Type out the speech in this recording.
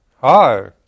Hi